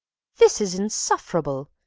this is insufferable!